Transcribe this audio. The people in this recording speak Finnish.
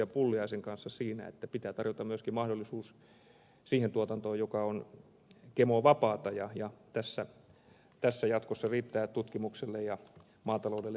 pulliaisen kanssa siitä että pitää tarjota myöskin mahdollisuus siihen tuotantoon joka on gmo vapaata ja tässä riittää jatkossa tutkimukselle ja maataloudelle töitä